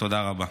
תודה רבה.